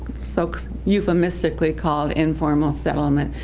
so euphemistically called informal settlement.